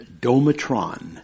domatron